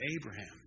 Abraham